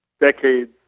decades